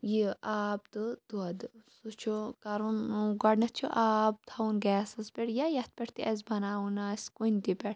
یہِ آب تہٕ دۄدھ سُہ چھُ کَرُن ٲں گۄڈٕنیٚتھ چھُ آب تھاوُن گیسَس پٮ۪ٹھ یا یَتھ پٮ۪ٹھ تہِ اسہِ بَناوُن آسہِ کُنہِ تہِ پٮ۪ٹھ